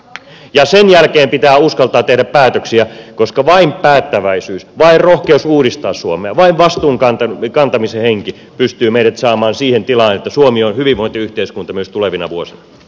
ja sen jälkeen pitää uskaltaa tehdä päätöksiä koska vain päättäväisyys vain rohkeus uudistaa suomea vain vastuun kantamisen henki pystyy meidät saamaan siihen tilaan että suomi on hyvinvointiyhteiskunta myös tulevina vuosia